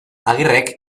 agirrek